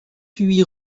huit